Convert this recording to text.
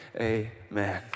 Amen